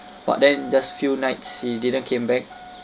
but then just few nights he didn't came back